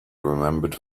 remembered